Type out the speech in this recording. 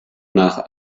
nach